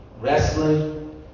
Wrestling